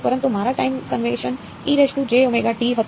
પરંતુ મારા time convention હતું